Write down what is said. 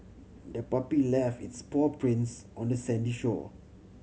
the puppy left its paw prints on the sandy shore